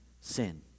sin